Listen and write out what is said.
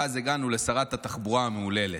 ואז הגענו לשרת התחבורה המהוללת.